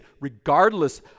Regardless